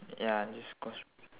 ya this because